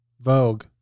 Vogue